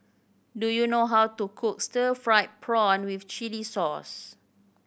do you know how to cook stir fried prawn with chili sauce